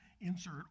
insert